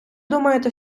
думаєте